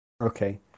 Okay